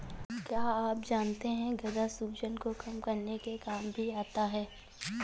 क्या आप जानते है गदा सूजन को कम करने के काम भी आता है?